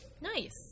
Nice